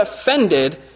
offended